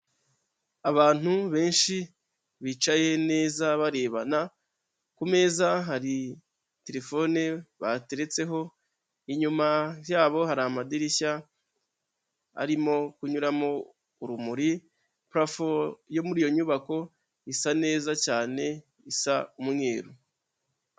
Abantu benshi bicaye neza barebana, ku meza hari telefone bateretseho, inyuma yabo hari amadirishya arimo kunyuramo urumuri, purafo yo muri iyo nyubako isa neza cyane isa umweru.